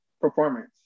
performance